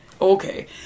Okay